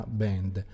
band